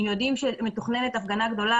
אם יודעים שמתוכננת הפגנה גדולה,